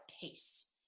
pace